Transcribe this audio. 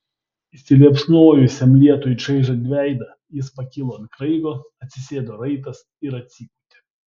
įsiliepsnojusiam lietui čaižant veidą jis pakilo ant kraigo atsisėdo raitas ir atsipūtė